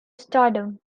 stardom